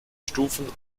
stufen